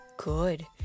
good